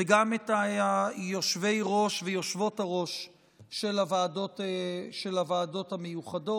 וגם היושבי-ראש והיושבות-ראש של הוועדות המיוחדות.